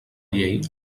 llei